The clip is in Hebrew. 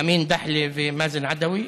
עמאד דחלה ומאזן עדוי.